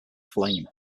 flame